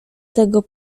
tego